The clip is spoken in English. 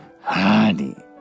Honey